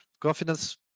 Confidence